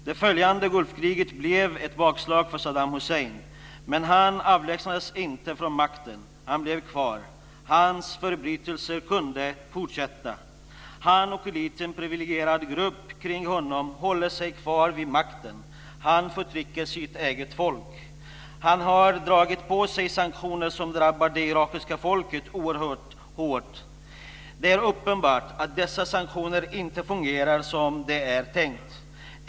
Det följande Gulfkriget blev ett bakslag för Saddam Hussein, men han avlägsnades inte från makten. Han blev kvar, och hans förbrytelser kunde fortsätta. Han och en liten privilegierad grupp kring honom håller sig kvar vid makten. Han förtrycker sitt eget folk. Han har dragit på sig sanktioner som drabbar det irakiska folket oerhört hårt. Det är uppenbart att dessa sanktioner inte fungerar som det är tänkt.